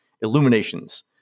Illuminations